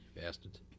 Bastards